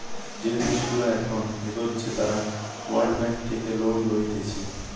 যে দেশগুলা এখন এগোচ্ছে তারা ওয়ার্ল্ড ব্যাঙ্ক থেকে লোন লইতেছে